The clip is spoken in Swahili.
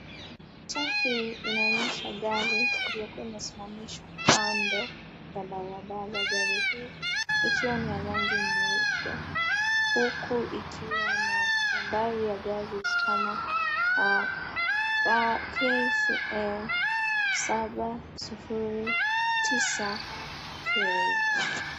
Picha hii inaonyesha gari ikiwa imesimamishwa kando ya barabara. Gari hii ni ya rangi ya nyeupe huku ikiwa na nambari ya gari kama KCM 706k